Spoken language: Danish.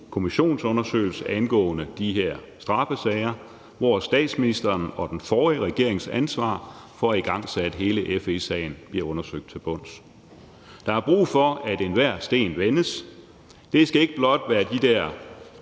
kommissionsundersøgelse angående de her straffesager, hvor statsministeren og den forrige regerings ansvar for at have igangsat hele FE-sagen bliver undersøgt til bunds. Der er brug for, at enhver sten vendes. Det skal ikke blot være de der